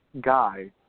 guy